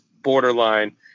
borderline